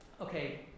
okay